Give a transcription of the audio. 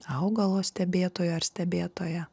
augalo stebėtoju ar stebėtoja